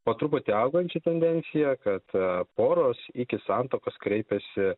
po truputį augančią tendenciją kad poros iki santuokos kreipiasi